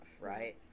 right